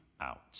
out